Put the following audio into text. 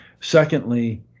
Secondly